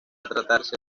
tratarse